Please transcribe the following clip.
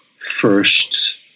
first